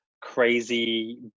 crazy